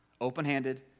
open-handed